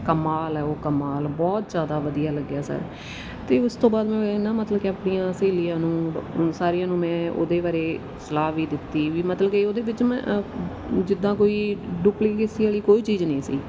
ਕਮਾਲ ਹੈ ਉਹ ਕਮਾਲ ਬਹੁਤ ਜ਼ਿਆਦਾ ਵਧੀਆ ਲੱਗਿਆ ਸਰ ਅਤੇ ਉਸ ਤੋਂ ਬਾਅਦ ਮੈਂ ਇਹ ਨਾ ਮਤਲਬ ਕਿ ਆਪਣੀਆਂ ਸਹੇਲੀਆਂ ਨੂੰ ਸਾਰੀਆਂ ਨੂੰ ਮੈਂ ਉਹਦੇ ਬਾਰੇ ਸਲਾਹ ਵੀ ਦਿੱਤੀ ਵੀ ਮਤਲਬ ਕਿ ਉਹਦੇ ਵਿੱਚ ਮੈਂ ਜਿੱਦਾਂ ਕੋਈ ਡੁਪਲੀਗੇਸੀ ਵਾਲੀ ਕੋਈ ਚੀਜ਼ ਨਹੀਂ ਸੀ